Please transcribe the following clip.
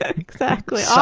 yeah exactly. yeah